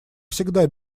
всегда